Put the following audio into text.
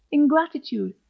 ingratitude,